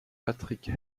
patrick